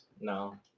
No